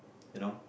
you know